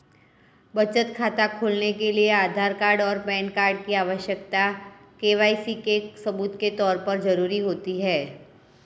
बचत खाता खोलने के लिए आधार कार्ड और पैन कार्ड की आवश्यकता के.वाई.सी के सबूत के तौर पर ज़रूरी होती है